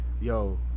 yo